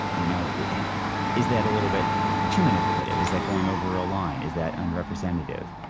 you know, is that a little bit too manipulative? is that going over a line? is that unrepresentative?